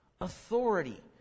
Authority